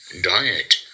diet